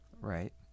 right